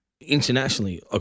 internationally